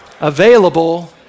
available